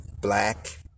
black